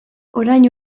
orain